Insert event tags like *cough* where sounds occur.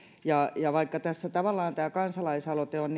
ja ja vaikka tässä tavallaan tämä kansalaisaloite on *unintelligible*